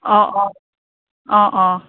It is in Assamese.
অ অ অ অ